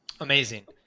Amazing